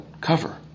cover